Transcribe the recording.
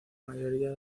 mayoría